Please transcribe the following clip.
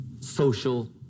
social